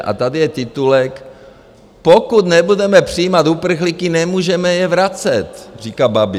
A tady je titulek: Pokud nebudeme přijímat uprchlíky, nemůžeme je vracet, říká Babiš.